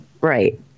Right